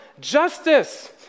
justice